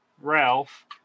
Ralph